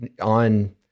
on